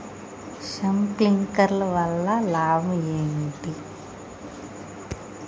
Sprinkler వల్ల లాభం ఏంటి?